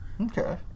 Okay